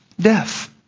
death